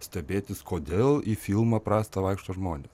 stebėtis kodėl į filmą prastą vaikšto žmonės